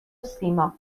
سیما